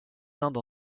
indes